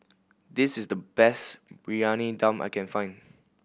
this is the best Briyani Dum I can find